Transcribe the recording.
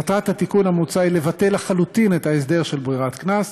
מטרת התיקון המוצע היא לבטל לחלוטין את ההסדר של ברירת קנס,